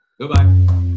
Goodbye